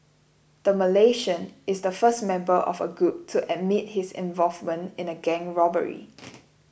the Malaysian is the first member of a group to admit his involvement in a gang robbery